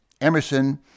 Emerson